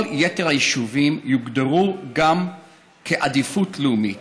כל יתר היישובים בה יוגדרו גם הם בעדיפות לאומית,